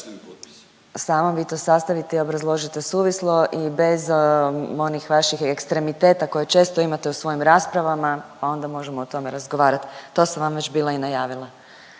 Samo vi to sastavite i obrazložite suvislo i bez onih vaših ekstremiteta koje često imate u svojim raspravama, a onda možemo o tome razgovarat, to sam vam već bila i najavila,